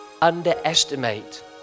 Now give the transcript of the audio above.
underestimate